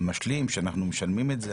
משלים שאנחנו משלמים עליו.